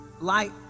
light